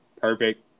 perfect